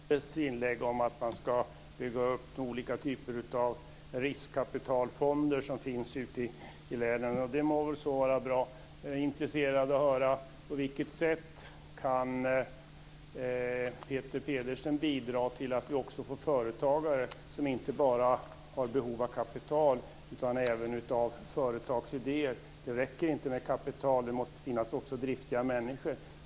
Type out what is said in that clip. Fru talman! Peter Pedersen instämde i Göran Norlanders inlägg om att man ska bygga upp olika typer av riskkapitalfonder som finns ute i världen. De må väl vara bra. Men jag är intresserad av att höra på vilket sätt Peter Pedersen kan bidra till att vi också får företagare som inte bara har behov av kapital utan även av företagsidéer. Det räcker inte med kapital. Det måste också finnas driftiga människor.